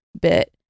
bit